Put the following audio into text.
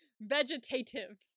Vegetative